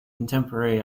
contemporary